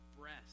breast